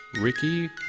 Ricky